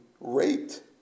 raped